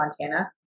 Montana